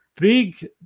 big